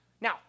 Now